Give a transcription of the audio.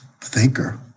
thinker